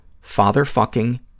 Father-Fucking